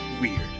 weird